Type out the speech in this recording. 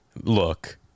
look